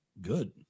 Good